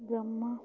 Brahma